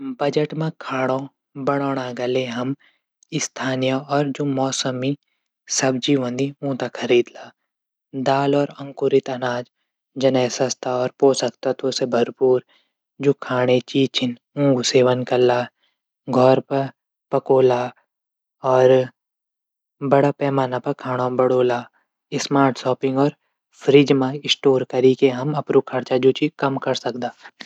बजट मा हम खाणू बणौंणा गले हम स्थानीय और मौसमी सब्जी हूंदी ऊंथैई खरीदला दाल और अंकुरित अनाज जनई सस्ता और अंकुरित अनाज पोषक तत्व से भरपूर जू खाणा चीज छन ऊंक सेवन कला। घौर पर पकौला। और बडा पैमाना पर खाणू बणौला। स्मार्ट सौपिंग और फ्रीज मा स्टोर कैरी की हम अपड खर्च कम कै सकदा।